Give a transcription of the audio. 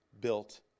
built